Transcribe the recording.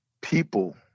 people